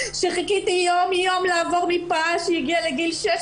שחיכיתי יום-יום לעבור מרפאה כשהיא הגיעה לגיל שש